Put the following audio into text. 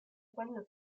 quello